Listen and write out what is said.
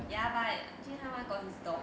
ya but jun han [one] got his dog